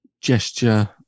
gesture